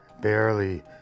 barely